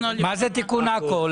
מה זה תיקון עכו?